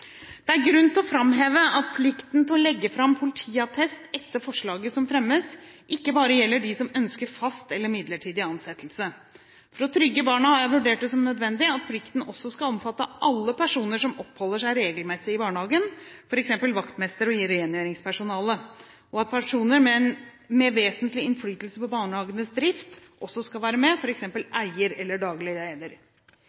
Det er grunn til å framheve at plikten til å legge fram politiattest etter forslaget som fremmes, ikke bare gjelder dem som ønsker fast eller midlertidig ansettelse. For å trygge barna har jeg vurdert det som nødvendig at plikten også skal omfatte alle personer som oppholder seg regelmessig i barnehagen, f.eks. vaktmester og rengjøringspersonale, og at personer med vesentlig innflytelse på barnehagenes drift også skal være med,